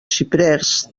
xiprers